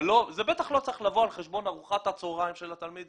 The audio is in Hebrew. זה בטח לא צריך לבוא על חשבון ארוחת הצהריים של התלמיד.